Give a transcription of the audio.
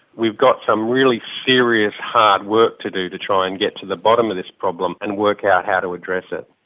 we've got some really serious hard work to do to try and get to the bottom of this problem and work out how to address it.